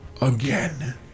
again